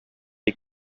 est